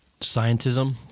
Scientism